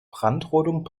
brandrodung